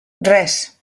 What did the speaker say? res